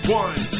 one